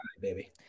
baby